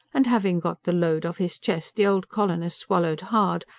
and having got the load off his chest, the old colonist swallowed hard,